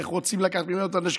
איך רוצים לקחת לו את הנשק,